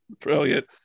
Brilliant